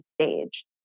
stage